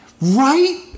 Right